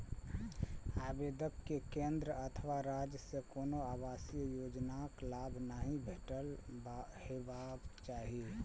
आवेदक कें केंद्र अथवा राज्य सं कोनो आवासीय योजनाक लाभ नहि भेटल हेबाक चाही